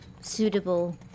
suitable